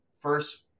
first